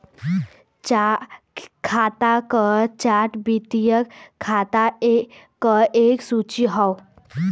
खाता क चार्ट वित्तीय खाता क एक सूची हौ